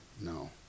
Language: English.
No